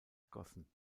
gegossen